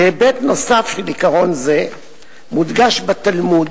כהיבט נוסף של עיקרון זה מודגש בתלמוד